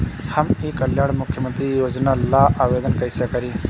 हम ई कल्याण मुख्य्मंत्री योजना ला आवेदन कईसे करी?